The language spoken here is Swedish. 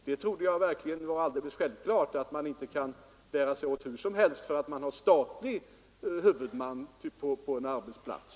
Jag trodde verkligen det var självklart att man inte kan bära sig åt hur som helst bara därför att det är en statlig huvudman på en arbetsplats.